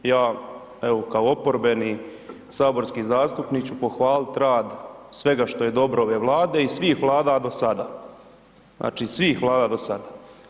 Ja, evo kao oporbeni saborski zastupnik ću pohvalit rad svega što je dobro ove Vlade i svih Vlada do sada, znači, svih Vlada do sada.